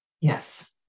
Yes